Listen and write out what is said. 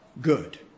good